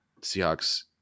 Seahawks